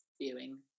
viewing